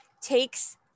takes